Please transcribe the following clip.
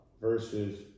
versus